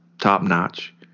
top-notch